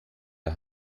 der